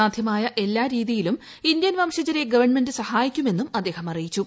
സാധ്യമായ എല്ലാ രീതിയിലും ഇന്ത്യൻ വംശജരെ ഗവൺമെന്റ് സഹായിക്കുമെന്നും അദ്ദേഹം അറിയിച്ചു